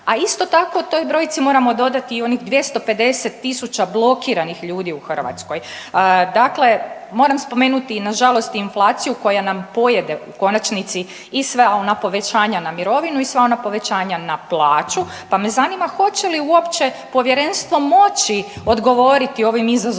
a isto tako toj brojci moramo dodati i onih 250.000 blokiranih ljudi u Hrvatskoj. Dakle, moram spomenuti nažalost i inflaciju koja nam pojede u konačnici i sva ona povećanja na mirovinu i sva ona povećanja na plaću, pa me zanima hoće li uopće povjerenstvo moći odgovoriti ovim izazovnim